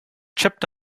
chipped